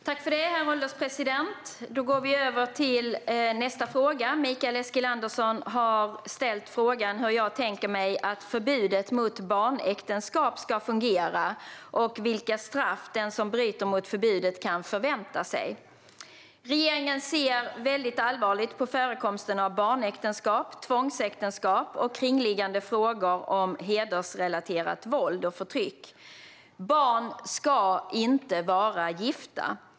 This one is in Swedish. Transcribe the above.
Herr ålderspresident! Mikael Eskilandersson har frågat mig hur jag tänker mig att förbudet mot barnäktenskap ska fungera och vilka straff den som bryter mot förbudet kan förvänta sig. Regeringen ser väldigt allvarligt på förekomsten av barnäktenskap, tvångsäktenskap och kringliggande frågor om hedersrelaterat våld och förtryck. Barn ska inte vara gifta.